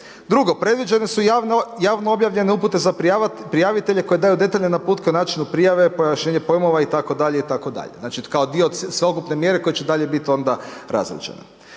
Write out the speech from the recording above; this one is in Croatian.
Drugo, predviđene su javno objavljene upute za prijavitelje koji daju detaljne naputke o način prijave, pojašnjenje pojmova itd. itd. Znači kao dio sveukupne mjere koji će dalje biti onda različan.